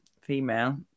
female